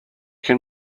can